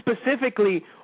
specifically